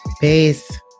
Peace